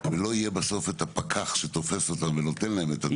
ולא יהיה בסוף את הפקח שתופס אותם ונותן להם אותם.